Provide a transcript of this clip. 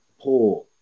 poor